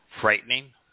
frightening